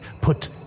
Put